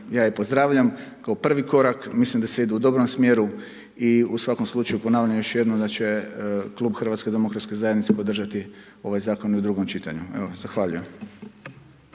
ja je pozdravljam kao prvi korak. Mislim da se ide u dobrom smjeru i u svakom slučaju ponavljam još jednom da će Klub Hrvatske demokratske zajednice podržati ovaj Zakon i u drugom čitanju. Evo zahvaljujem.